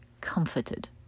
comforted